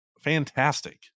fantastic